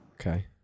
Okay